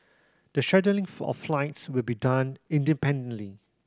the scheduling of flights will be done independently